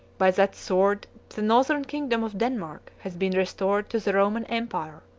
by that sword the northern kingdom of denmark has been restored to the roman empire.